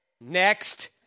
Next